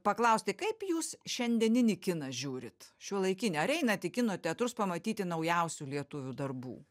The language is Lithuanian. paklausti kaip jūs šiandieninį kiną žiūrit šiuolaikinį ar einat į kino teatrus pamatyti naujausių lietuvių darbų